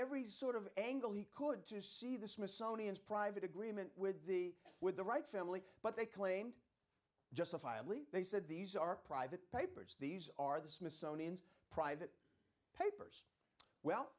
every sort of angle he could to see the smithsonian's private agreement with the with the right family but they claimed justifiably they said these are private papers these are the smithsonian's private papers well